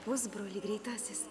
pusbroli greitasis